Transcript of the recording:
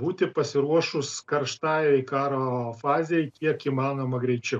būti pasiruošus karštai karo fazei kiek įmanoma greičiau